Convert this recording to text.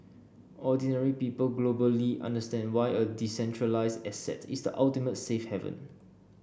ordinary people globally understand why a decentralised asset is the ultimate safe haven